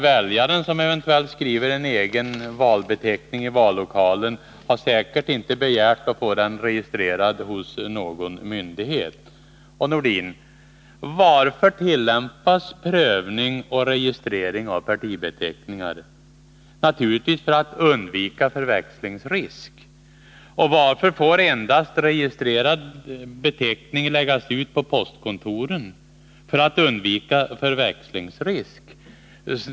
Väljaren som eventueilt skriver en egen valbeteckning i vallokalen har säkert inte begärt att få den registrerad hos någon myndighet. Och, Sven-Erik Nordin, varför tillämpas prövning och registrering av partibeteckningar? Naturligtvis för att undvika förväxlingsrisk. Och varför får endast valsedlar med registrerad beteckning läggas ut på postkontoren? För att undvika förväxlingsrisk.